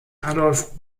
adolf